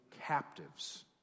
captives